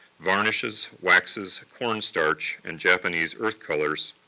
varnishes, waxes, cornstarch, and japanese earth colors,